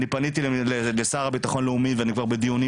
אני פניתי לשר לביטחון לאומי ואני כבר בדיונים